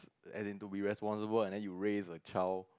as in to be responsible and then you raise your child